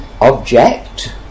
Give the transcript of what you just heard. object